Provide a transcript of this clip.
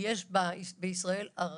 כי בישראל יש